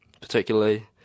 particularly